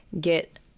get